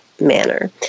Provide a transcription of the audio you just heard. manner